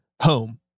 home